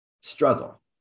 struggle